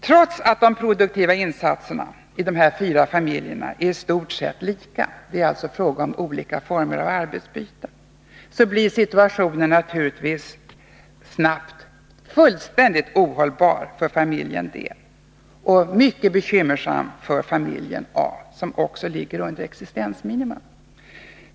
Trots att de produktiva insatserna i dessa fyra familjer är i stort sett lika — det är alltså fråga om olika former av arbetsbyten — blir naturligtvis situationen snabbt fullkomligt ohållbar för familjen D och mycket bekymmersam för familjen A, som också ligger under existensminimum.